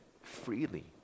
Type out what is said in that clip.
freely